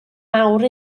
mawr